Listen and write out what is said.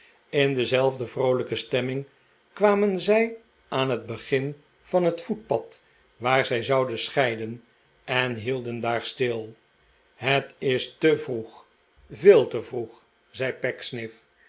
in dezelfde vroolijke stemming kwamen zij aan het begin van het voetpad waar zij zouden scheiden en hielden daar stil het is te vroeg veel te vroeg zei